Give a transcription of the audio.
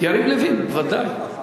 יריב לוין, ודאי.